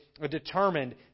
determined